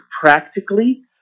practically